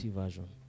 version